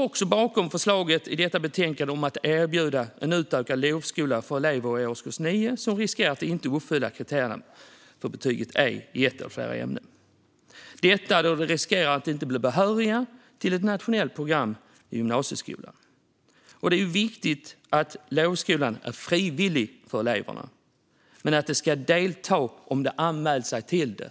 Vi står bakom förslaget i betänkandet att erbjuda en utökad lovskola för elever i årskurs 9 som riskerar att inte uppfylla kriterierna för betyget E i ett eller flera ämnen och därmed riskerar att inte bli behöriga till ett nationellt program i gymnasieskolan. Det är viktigt att lovskolan är frivillig för eleverna, men dessa ska delta om de har anmält sig till den.